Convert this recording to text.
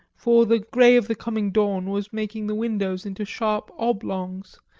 for the grey of the coming dawn was making the windows into sharp oblongs,